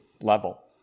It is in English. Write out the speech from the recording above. level